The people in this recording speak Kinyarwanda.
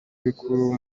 bikuru